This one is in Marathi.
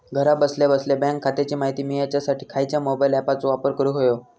घरा बसल्या बसल्या बँक खात्याची माहिती मिळाच्यासाठी खायच्या मोबाईल ॲपाचो वापर करूक होयो?